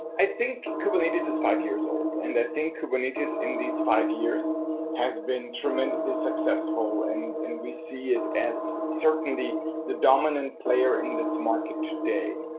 i think kubernetes is five years old, and i think kubernetes in these five years has been tremendously successful, and and we see it as certainly the dominant player in this market today.